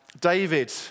David